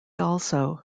also